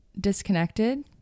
disconnected